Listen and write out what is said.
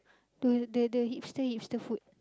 the the hipster hipster food